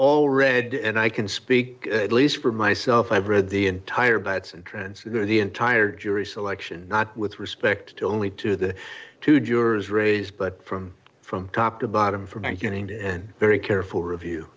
all read and i can speak at least for myself i've read the entire bytes intrinsic to the entire jury selection not with respect to only to the two jurors raise but from from top to bottom from banking to very careful review